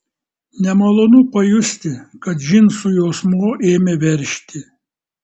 nemalonu pajusti kad džinsų juosmuo ėmė veržti